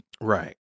right